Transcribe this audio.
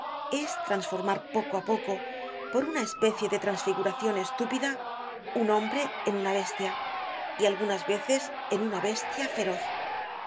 es trasformar poco á poco por una especie de transfiguracion estúpida un hombre en una bestia y algunas veces en una bestia feroz